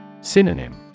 Synonym